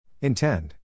Intend